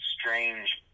strange